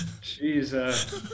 jesus